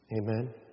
Amen